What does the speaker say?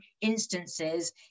instances